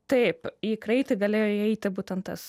taip į kraitį galėjo įeiti būtent tas